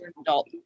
adult